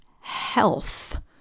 health